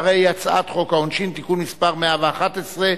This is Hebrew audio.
הצעת חוק העונשין (תיקון מס' 111),